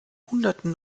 hunderten